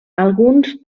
alguns